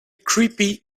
creepy